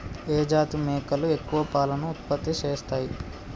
ఏ జాతి మేకలు ఎక్కువ పాలను ఉత్పత్తి చేస్తయ్?